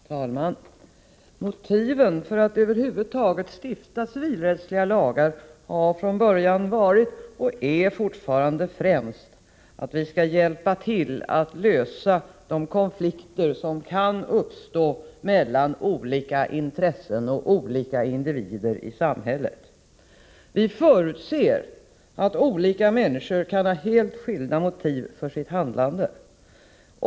Herr talman! Motiven för att över huvud taget stifta civilrättsliga lagar har från början varit och är fortfarande främst att vi skall hjälpa till att lösa de konflikter som kan uppstå mellan olika intressen och olika individer i samhället. Vi förutser att olika människor kan ha helt skilda motiv för sitt handlande.